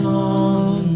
on